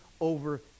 over